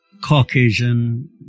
Caucasian